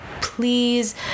please